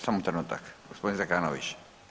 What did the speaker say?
Samo trenutak gospodin Zekanović.